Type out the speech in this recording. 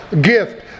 gift